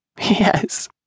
Yes